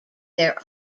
their